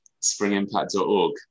SpringImpact.org